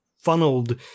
funneled